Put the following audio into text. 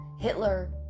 Hitler